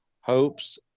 hopes